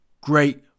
Great